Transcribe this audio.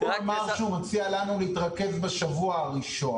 הוא אמר שהוא מציע לנו להתרכז בשבוע הראשון.